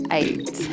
eight